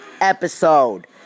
episode